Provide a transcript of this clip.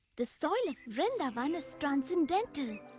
the soil of vrindavan is transcendental,